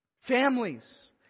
families